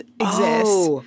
exists